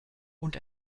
und